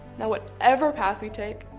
now what ever path we take,